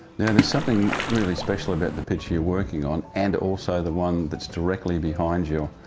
now there's something really special about the picture you're working on, and also the one that's directly behind you,